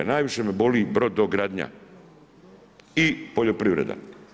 A najviše me boli brodogradnja i poljoprivreda.